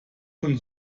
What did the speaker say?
von